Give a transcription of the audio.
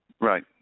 Right